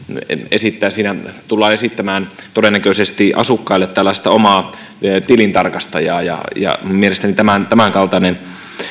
esittää siinä todennäköisesti tullaan esittämään asukkaille omaa tilintarkastajaa mielestäni tämänkaltainen